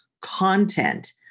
content